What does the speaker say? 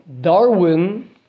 Darwin